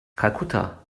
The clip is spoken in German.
kalkutta